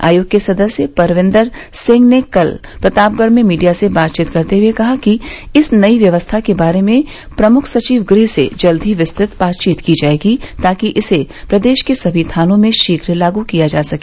आयोग के सदस्य परविन्दर सिंह ने कल प्रतापगढ़ में मीडिया से बातचीत करते हुये कहा कि इस नई व्यवस्था के बारे में प्रमुख सचिव गह से जल्द ही विस्तृत बातचीत की जायेगी ताकि इसे प्रदेश के समी थानों में शौघ्र लागू किया जा सके